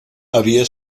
havia